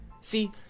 See